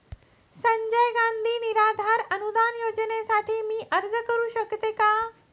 संजय गांधी निराधार अनुदान योजनेसाठी मी अर्ज करू शकते का?